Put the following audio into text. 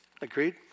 Agreed